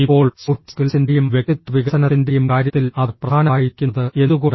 ഇപ്പോൾ സോഫ്റ്റ് സ്കിൽസിന്റെയും വ്യക്തിത്വ വികസനത്തിന്റെയും കാര്യത്തിൽ അത് പ്രധാനമായിരിക്കുന്നത് എന്തുകൊണ്ട്